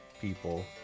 people